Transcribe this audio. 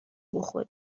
بخوری